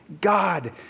God